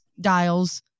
dials